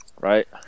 Right